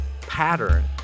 pattern